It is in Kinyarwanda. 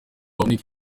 haboneka